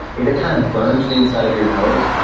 if it kind of burns the inside of your nose,